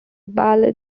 ballads